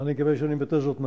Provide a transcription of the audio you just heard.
אני מקווה שאני מבטא זאת נכון,